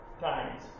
times